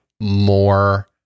more